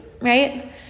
right